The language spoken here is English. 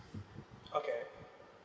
okay